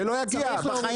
אחרת זה לא יגיע בחיים.